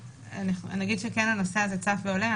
אגיד שכן הנושא הזה צף ועולה,